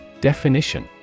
Definition